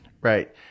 Right